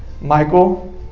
Michael